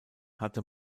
hatte